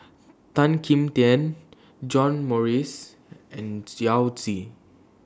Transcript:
Tan Kim Tian John Morrice and Yao Zi